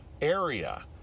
area